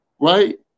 Right